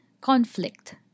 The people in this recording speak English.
conflict